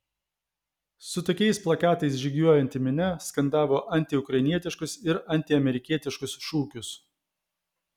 su tokiais plakatais žygiuojanti minia skandavo antiukrainietiškus ir antiamerikietiškus šūkius